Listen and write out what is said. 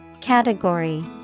Category